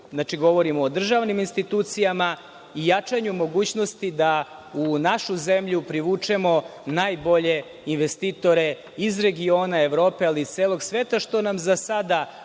znači, govorim o državnim institucijama i jačanju mogućnosti da u našu zemlju privučemo najbolje investitore iz regiona, Evrope, ali i celog sveta, što nam za sada